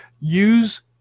use